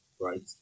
right